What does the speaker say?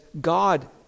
God